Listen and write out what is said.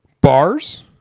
Bars